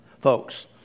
Folks